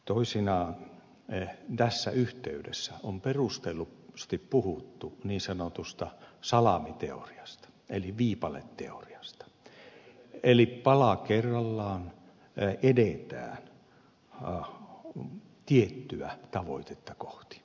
toisinaan tässä yhteydessä on perustellusti puhuttu niin sanotusta salamiteoriasta eli viipaleteoriasta eli pala kerrallaan edetään tiettyä tavoitetta kohti